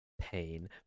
pain